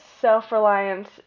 self-reliance